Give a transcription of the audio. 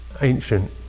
ancient